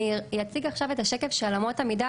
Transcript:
אני אציג עכשיו את השקף של אמות המידה,